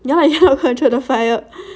ya lah ya lah control the fire